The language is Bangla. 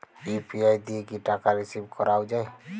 ইউ.পি.আই দিয়ে কি টাকা রিসিভ করাও য়ায়?